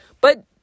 but-